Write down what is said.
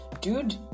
dude